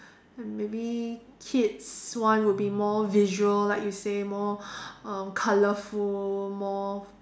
and maybe kids one will be more visual like you say more um colourful more